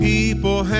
People